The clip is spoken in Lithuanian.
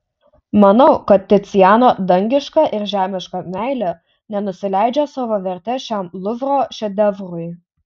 manau kad ticiano dangiška ir žemiška meilė nenusileidžia savo verte šiam luvro šedevrui